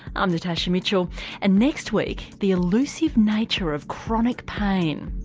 um natasha mitchell and next week the elusive nature of chronic pain.